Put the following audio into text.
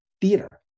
theater